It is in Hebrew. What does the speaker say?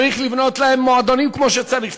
צריך לבנות להם מועדונים כמו שצריך,